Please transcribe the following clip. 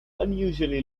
unusually